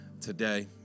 today